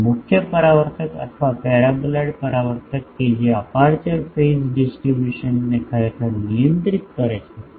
અને મુખ્ય પરાવર્તક અથવા પેરાબોલોઇડ પરાવર્તક કે જે અપેર્ચર ફેઝ ડિસ્ટ્રીબ્યુશનને ખરેખર નિયંત્રિત કરે છે